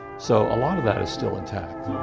so a lot of that is still intact.